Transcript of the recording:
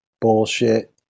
bullshit